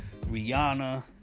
Rihanna